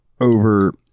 over